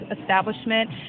establishment